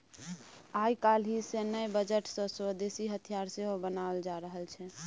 आय काल्हि सैन्य बजट सँ स्वदेशी हथियार सेहो बनाओल जा रहल छै